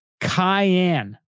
Cayenne